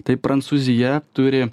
tai prancūzija turi